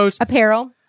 Apparel